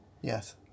Yes